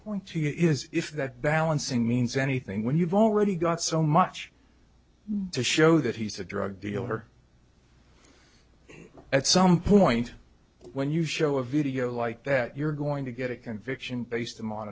you is if that balancing means anything when you've already got so much to show that he's a drug dealer at some point when you show a video like that you're going to get a conviction based